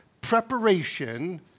preparation